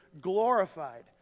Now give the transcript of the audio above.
glorified